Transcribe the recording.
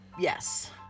yes